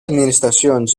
administracions